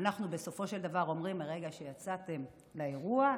אנחנו בסופו של דבר אומרים: מרגע שיצאתם לאירוע,